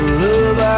love